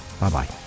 bye-bye